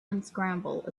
unscramble